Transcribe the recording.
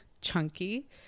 chunky